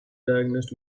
diagnosed